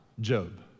Job